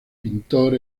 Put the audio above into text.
pintor